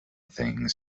things